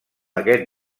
aquest